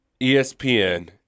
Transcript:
ESPN